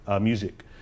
music